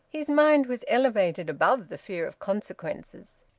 his mind was elevated above the fear of consequences.